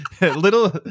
little